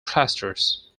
clusters